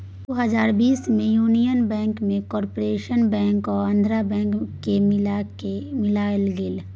दु हजार बीस मे युनियन बैंक मे कारपोरेशन बैंक आ आंध्रा बैंक केँ मिलाएल गेलै